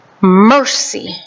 mercy